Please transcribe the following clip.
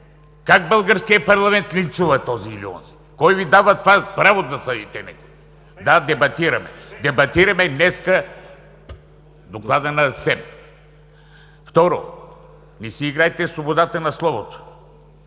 Как българският парламент линчува този или онзи? Кой Ви дава това право да съдите някого? (Шум и реплики.) Да, дебатираме днес доклада на СЕМ. Второ, не си играйте със свободата на словото!